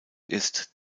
ist